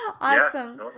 Awesome